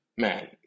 man